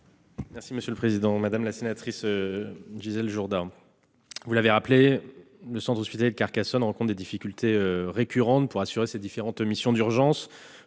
secrétaire d'État. Madame la sénatrice Gisèle Jourda, vous l'avez rappelé, le centre hospitalier de Carcassonne rencontre des difficultés récurrentes pour assurer ses différentes missions d'urgence,